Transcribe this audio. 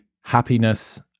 happiness